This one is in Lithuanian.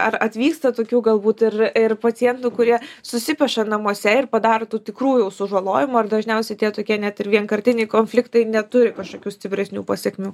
ar atvyksta tokių galbūt ir ir pacientų kurie susipeša ir namuose ir padaro tų tikrų jau sužalojimų ar dažniausiai tie tokie net ir vienkartiniai konfliktai neturi kažkokių stipresnių pasekmių